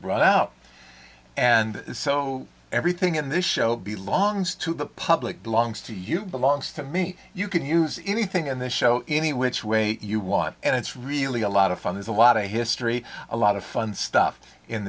run out and so everything in this show be longs to the public belongs to you belongs to me you can use anything in the show any which way you want and it's really a lot of fun there's a lot of history a lot of fun stuff in